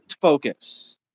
focus